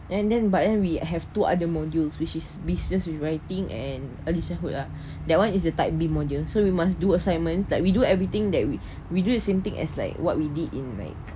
then then but we have two other modules which is business rewriting and early childhood ah that one is a type B module so we must do assignments like we do everything that we we do the same thing as like what we did in like